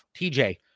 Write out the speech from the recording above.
TJ